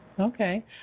Okay